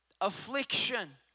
affliction